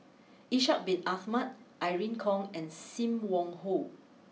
Ishak Bin Ahmad Irene Khong and Sim Wong Hoo